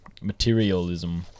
Materialism